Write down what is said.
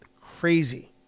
Crazy